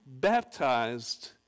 baptized